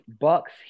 Bucks